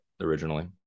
originally